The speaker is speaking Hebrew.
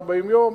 140 יום.